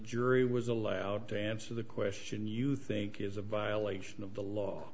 jury was allowed to answer the question you think is a violation of the law